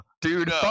dude